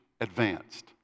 advanced